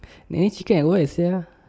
Nene chicken at where sia